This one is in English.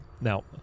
Now